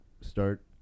start